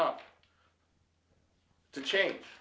up to change